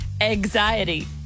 anxiety